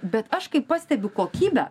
bet aš kai pastebiu kokybę